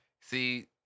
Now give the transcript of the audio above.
See